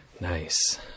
Nice